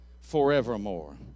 forevermore